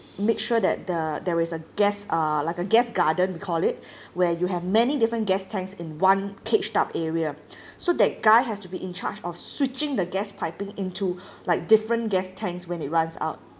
make sure that the there is a gas uh like a gas garden we call it where you have many different gas tanks in one caged up area so that guy has to be in charge of switching the gas piping into like different gas tanks when it runs out